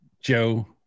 joe